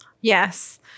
Yes